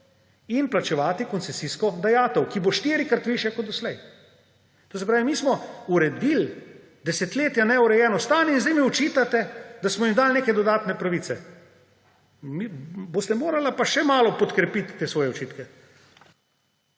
in plačevati koncesijsko dajatev, ki bo štirikrat višja kot doslej. To se pravi, mi smo uredili desetletja neurejeno stanje in zdaj mi očitate, da smo jim dali neke dodatne pravice. Boste morali pa še malo podkrepiti te svoje očitke.